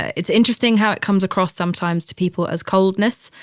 it's interesting how it comes across sometimes to people as coldness.